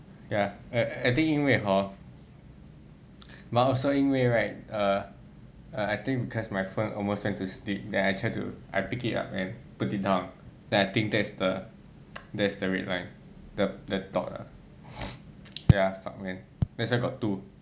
ya I think 因为 hor but also 因为 right err err I think because my phone almost went to sleep then I try to I pick it up and put it down then I think that's the that's the red line the the dot ah !aiya! fuck man that's why got two